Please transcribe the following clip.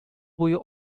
буе